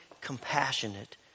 compassionate